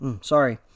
sorry